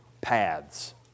paths